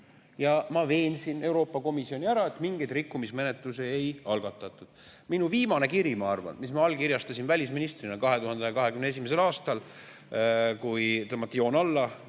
Ma veensin Euroopa Komisjoni ära, mingeid rikkumismenetlusi ei algatatud. Minu viimane kiri, mille ma allkirjastasin välisministrina 2021. aastal, kui tõmmati joon alla